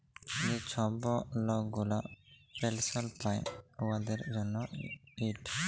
যে ছব লক গুলা পেলসল পায় উয়াদের জ্যনহে ইট